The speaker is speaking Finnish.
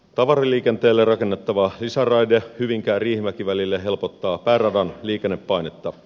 tavaraliikenteelle rakennettava lisäraide hyvinkääriihimäki välille helpottaa pääradan liikennepainetta